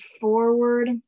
forward